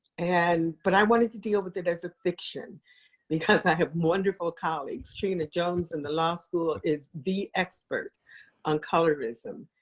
and but i wanted to deal with it as a fiction because i have wonderful colleagues trina jones in the law school is the expert on colorism.